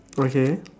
okay